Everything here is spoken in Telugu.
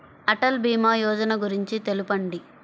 అటల్ భీమా యోజన గురించి తెలుపండి?